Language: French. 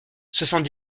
soixante